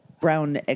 brown